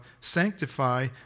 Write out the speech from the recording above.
sanctify